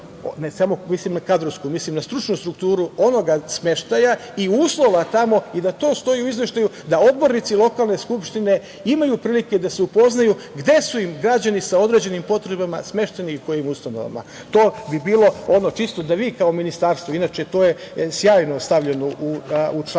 na kadrovsku, mislim na stručnu strukturu onoga smeštaja i uslova tamo i da to stoji u izveštaju, da odbornici lokalne skupštine imaju prilike da se upoznaju gde su im građani sa određenim potrebama smešteni i u kojim ustanovama. To bi bilo čisto da vi kao ministarstvo, inače, to je sjajno stavljeno u članu